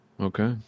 Okay